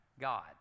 God